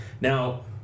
Now